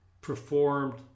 performed